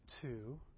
two